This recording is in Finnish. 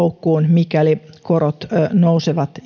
mikäli korot nousevat